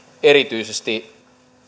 erityisesti